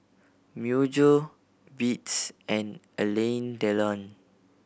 Myojo Beats and Alain Delon